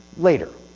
later.